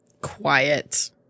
quiet